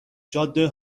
جاده